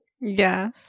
Yes